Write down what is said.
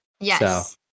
Yes